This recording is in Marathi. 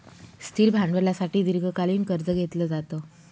स्थिर भांडवलासाठी दीर्घकालीन कर्ज घेतलं जातं